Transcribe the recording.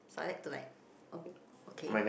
so I like to like oh okay